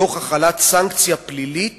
תוך החלת סנקציה פנימית